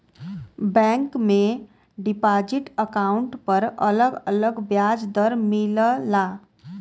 bank में deposit account पर अलग अलग ब्याज दर मिलला